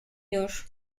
już